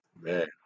Man